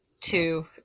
two